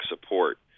support